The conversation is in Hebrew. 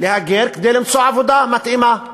להגר כדי למצוא עבודה מתאימה.